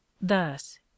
Thus